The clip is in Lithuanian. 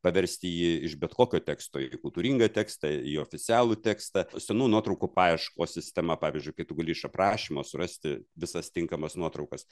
paversti jį iš bet kokio teksto į kultūringą tekstą į oficialų tekstą senų nuotraukų paieškos sistema pavyzdžiui kai tu gali iš aprašymo surasti visas tinkamas nuotraukas